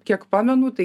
kiek pamenu tai